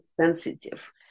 sensitive